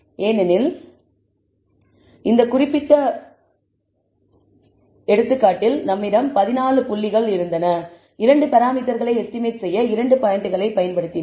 ஏனெனில் இந்த குறிப்பிட்ட எடுத்துக்காட்டில் நம்மிடம் 14 புள்ளிகள் இருந்தன இரண்டு பராமீட்டர்களை எஸ்டிமேட் செய்ய இரண்டு பாயிண்டுகளை பயன்படுத்தினோம்